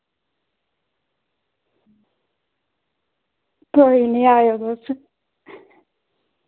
कोई निं आएओ तुस